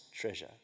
Treasure